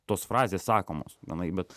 tos frazės sakomos namai bet